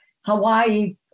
Hawaii